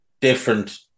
different